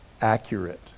accurate